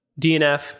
DNF